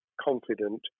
confident